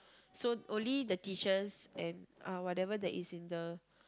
so only the teachers and uh whatever that is in the